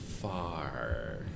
far